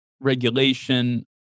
regulation